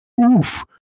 oof